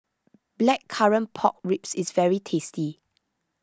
Blackcurrant Pork Ribs is very tasty